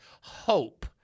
hope